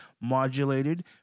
modulated